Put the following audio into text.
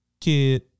kid